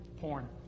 porn